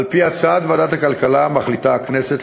על-פי הצעת ועדת הכלכלה מחליטה הכנסת,